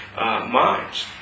minds